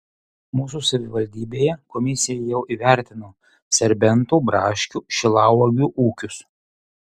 mūsų savivaldybėje komisija jau įvertino serbentų braškių šilauogių ūkius